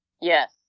Yes